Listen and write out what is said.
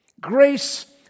Grace